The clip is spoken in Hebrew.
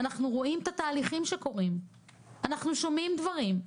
אנחנו רואים את התהליכים שקורים ושומעים דברים.